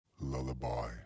lullaby